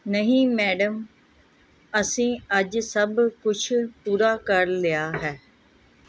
ਨਹੀਂ ਮੈਡਮ ਅਸੀਂ ਅੱਜ ਸਭ ਕੁਛ ਪੂਰਾ ਕਰ ਲਿਆ ਹੈ